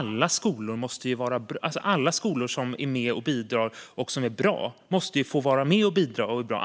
Det måste ju vara så att alla skolor som är bra måste få vara med och bidra.